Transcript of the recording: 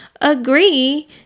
Agree